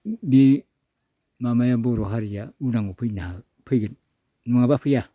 बि माबाया बर' हारिया उदांआव फैनो हागोन फैगोन नङाब्ला फैआ